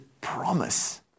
promise